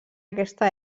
aquesta